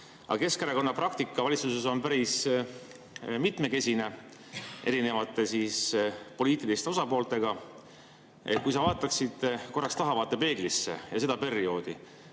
Keskerakonna praktika valitsuses on päris mitmekesine erinevate poliitiliste osapooltega. Kui sa vaataksid korraks tahavaatepeeglisse ja seda perioodi,